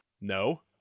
no